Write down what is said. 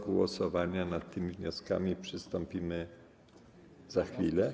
Do głosowania nad tymi wnioskami przystąpimy za chwilę.